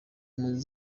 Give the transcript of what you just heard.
impunzi